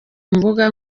mbuga